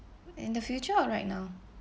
in the future or right now